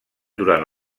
durant